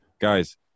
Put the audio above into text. guys